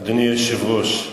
אדוני היושב-ראש,